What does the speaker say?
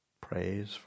praise